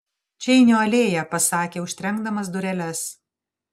čeinio alėja pasakė užtrenkdamas dureles